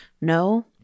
no